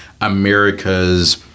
America's